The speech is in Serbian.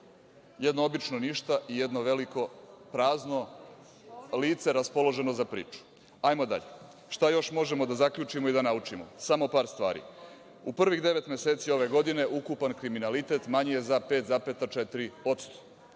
jedno obično ništa i jedno veliko prazno lice raspoloženo za priču. Hajmo dalje. Šta još možemo da zaključimo i da naučimo? Samo par stvari. U prvih devet meseci ove godine ukupan kriminalitet manji je za 5,4%.